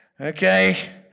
Okay